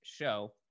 show